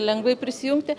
lengvai prisijungti